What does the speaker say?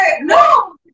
No